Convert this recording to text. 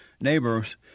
neighbors